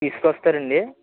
తీసుకుని వస్తారా అండి